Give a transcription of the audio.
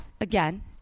again